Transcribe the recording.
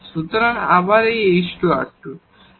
সুতরাং আবার এই h2r2